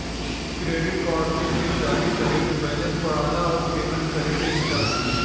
credit card से खरीदारी करे पे बैलेंस बढ़ला आउर पेमेंट करे पे घटला